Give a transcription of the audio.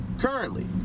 currently